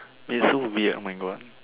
it's so weird oh my God